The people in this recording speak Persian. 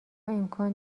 امکان